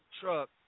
truck